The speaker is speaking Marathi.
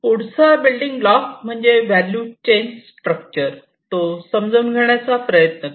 पुढचा बिल्डींग ब्लॉक म्हणजे व्हॅल्यू चेन स्ट्रक्चर तो समजून घेण्याचा प्रयत्न करू